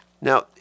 Now